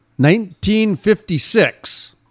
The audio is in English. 1956